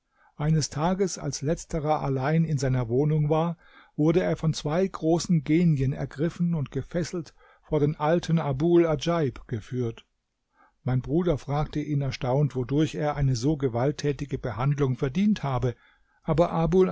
eines tages als letzterer allein in seiner wohnung war wurde er von zwei großen genien ergriffen und gefesselt vor den alten abul adjaib geführt mein bruder fragte ihn erstaunt wodurch er eine so gewalttätige behandlung verdient habe aber abul